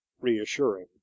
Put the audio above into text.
reassuring